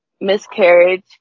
miscarriage